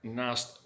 naast